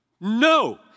No